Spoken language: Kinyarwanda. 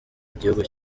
igihugu